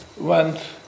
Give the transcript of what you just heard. went